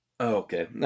Okay